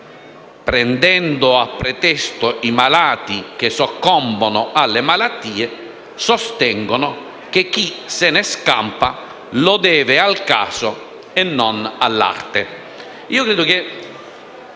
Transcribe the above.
prendendo a pretesto i malati che soccombono alle malattie, sostengono che chi ne scampa lo deve al caso e non all'Arte».